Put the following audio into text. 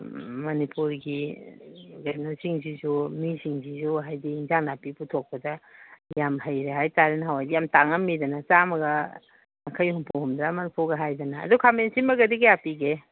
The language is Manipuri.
ꯎꯝ ꯃꯅꯤꯄꯨꯔꯒꯤ ꯀꯩꯅꯣꯁꯤꯡꯁꯤꯁꯨ ꯃꯤꯁꯤꯡꯁꯨ ꯍꯥꯏꯗꯤ ꯌꯦꯟꯁꯥꯡ ꯅꯥꯄꯤ ꯄꯨꯊꯣꯛꯄꯗ ꯌꯥꯝ ꯍꯩꯔꯦ ꯍꯥꯏꯇꯥꯔꯦ ꯅꯍꯥꯟꯋꯥꯏꯗꯤ ꯌꯥꯝ ꯇꯥꯡꯉꯝꯃꯤꯗꯅ ꯆꯥꯃꯒ ꯌꯥꯡꯈꯩ ꯍꯨꯝꯐꯨ ꯍꯨꯝꯐꯨꯇꯔꯥ ꯃꯔꯤꯐꯨꯒ ꯍꯥꯏꯗꯅ ꯑꯗꯨ ꯈꯥꯃꯦꯟ ꯑꯁꯤꯟꯕꯒꯗꯤ ꯀꯌꯥ ꯄꯤꯒꯦ